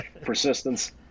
persistence